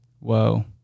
whoa